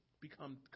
become